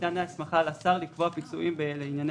שניתנת הסמכה לשר לקבוע פיצויים לענייני